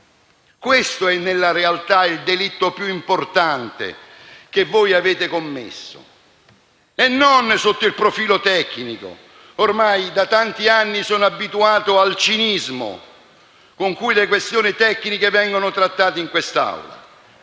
Questo è nella realtà il delitto più importante che voi avete commesso e non sotto il profilo tecnico (ormai da tanti anni sono abituato al cinismo con cui le questioni tecniche vengono trattate in quest'Aula);